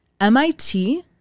MIT